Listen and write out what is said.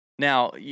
Now